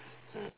mm